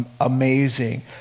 amazing